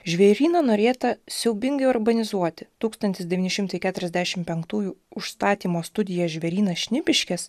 žvėryną norėta siaubingai urbanizuoti tūkstantis devyni šimtai keturiasdešimt penktųjų užstatymo studija žvėrynas šnipiškes